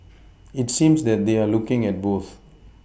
it seems that they're looking at both